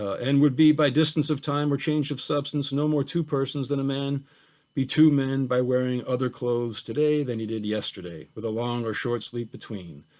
and would be by distance of time or change of substance, no more two persons than a man be two men by wearing other clothes today than he did yesterday, for the long or short sleeve between.